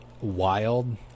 Wild